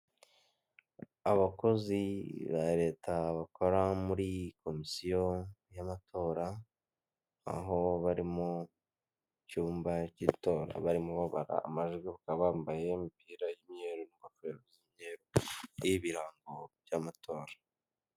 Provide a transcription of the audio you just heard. Abakozi ba reta bakora muri komisiyo y'amatora, aho barimo mu cyuma cy'itora barimo barabara amajwi bakaba bambaye imipira y'imyeru n'ingofero z'imyeru hariho ibirango by'amatora.